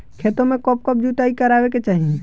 खेतो में कब कब जुताई करावे के चाहि?